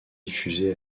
diffusée